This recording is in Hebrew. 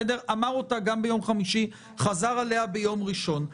אמר אותה גם ביום חמישי, חזר עליה ביום ראשון.